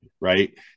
right